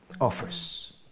offers